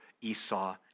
Esau